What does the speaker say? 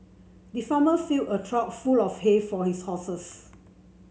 the farmer filled a trough full of hay for his horses